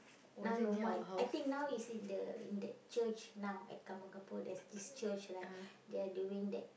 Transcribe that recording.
now no more I I think now is in the in that church now at Kampong-Kapor there's this church like they are doing that